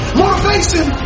motivation